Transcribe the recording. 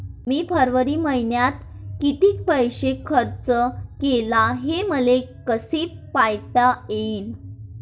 मी फरवरी मईन्यात कितीक पैसा खर्च केला, हे मले कसे पायता येईल?